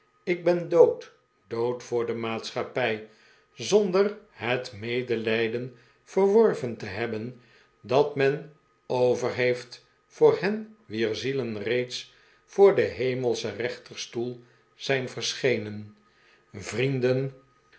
ik ben dood dood voor de maatschappij zonder het medelijden verworven te hebben dat men over heeft voor hen wier zielen reeds voor den hemelschen rechterstoel zijn verschenen vrienden